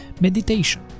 meditation